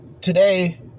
today